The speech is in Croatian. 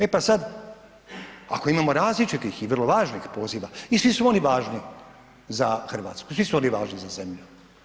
E pa sada ako imamo različitih i vrlo lažnih poziva i svi su oni važni za Hrvatsku, svi su oni za zemlju.